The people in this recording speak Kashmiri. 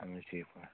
اَہَن حَظ ٹھیٖک پٲٹھۍ